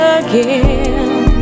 again